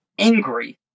angry